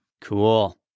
Cool